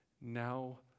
now